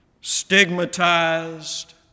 stigmatized